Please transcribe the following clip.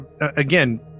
again